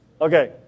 Okay